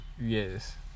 Yes